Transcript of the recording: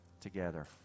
together